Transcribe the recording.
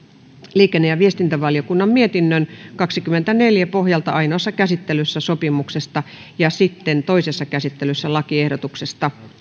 liikenne ja viestintävaliokunnan mietinnön kaksikymmentäneljä pohjalta ainoassa käsittelyssä sopimuksesta ja sitten toisessa käsittelyssä lakiehdotuksesta